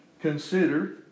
consider